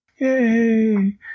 Yay